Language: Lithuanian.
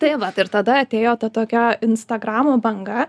tai vat ir tada atėjo ta tokia instagramo banga